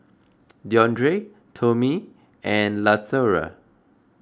Deondre Tomie and Latoria